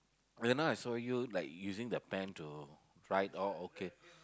you know I saw you like using the pen to right all okay